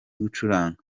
gucuranga